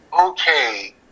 Okay